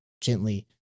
gently